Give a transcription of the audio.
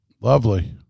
Lovely